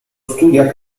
studia